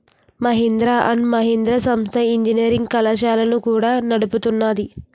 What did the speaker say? Mahindra and Mahindra సంస్థ engineering కళాశాలలను కూడా నడుపుతున్నాది